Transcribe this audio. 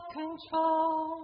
control